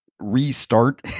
restart